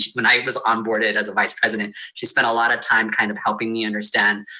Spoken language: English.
when i was onboarded as a vice president, she spent a lot of time kind of helping me understand,